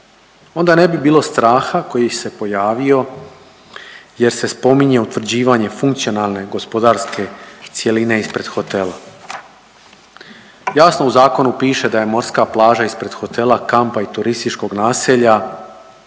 onda ne bi bilo straha koji se pojavio jer se spominje utvrđivanje funkcionalne gospodarske cjeline ispred hotela. Jasno u zakonu piše da je morska plaža ispred hotela, kampa i turističkog naselja